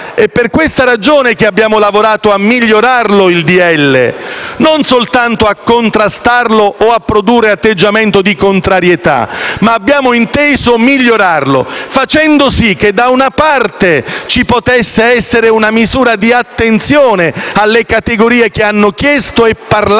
È per questa ragione che abbiamo lavorato per migliorare il decreto-legge, non soltanto a contrastarlo producendo atteggiamento di contrarietà. Abbiamo inteso migliorarlo, facendo sì che ci potesse essere una misura di attenzione alle categorie che hanno chiesto e parlato,